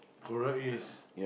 correct yes